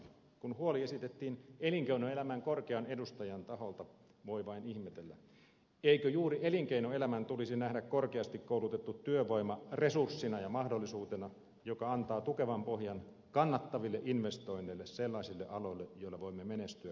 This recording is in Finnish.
kun huoli esitettiin elinkeinoelämän korkean edustajan taholta voi vain ihmetellä eikö juuri elinkeinoelämän tulisi nähdä korkeasti koulutettu työvoima resurssina ja mahdollisuutena joka antaa tukevan pohjan kannattaville investoinneille sellaisille aloille joilla voimme menestyä kansainvälisessä kilpailussa